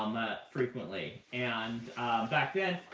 um ah frequently. and back then,